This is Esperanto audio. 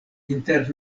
inter